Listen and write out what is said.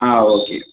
ஆ okay